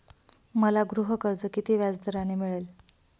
मला गृहकर्ज किती व्याजदराने मिळेल?